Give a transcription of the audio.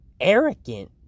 arrogant